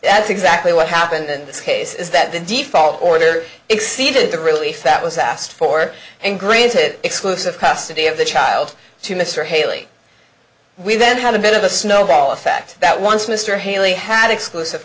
that's exactly what happened in this case is that the default order exceeded the relief that was asked for and granted exclusive custody of the child to mr haley we then have a bit of a snowball effect that once mr haley had exclusive